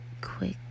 quick